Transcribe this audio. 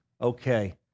okay